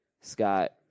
Scott